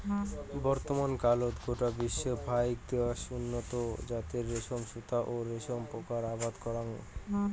বর্তমানকালত গোটা বিশ্বর ফাইক দ্যাশ উন্নত জাতের রেশম সুতা ও রেশম পোকার আবাদ করাং